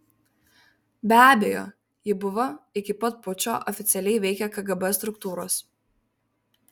be abejo ji buvo iki pat pučo oficialiai veikė kgb struktūros